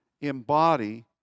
embody